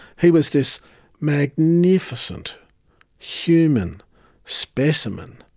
he was this magnificent human specimen.